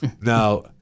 Now